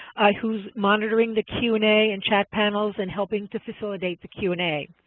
who is monitoring the q and a and chat panels and helping to facilitate the q and a.